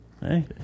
Hey